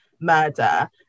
murder